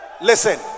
Listen